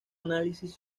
análisis